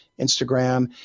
Instagram